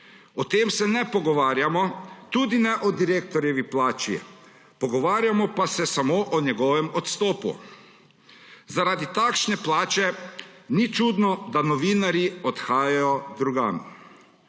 O tem se ne pogovarjamo, tudi ne o direktorjevi plači. Pogovarjamo pa se samo o njegovem odstopu. Zaradi takšne plače ni čudno, da novinarji odhajajo drugam.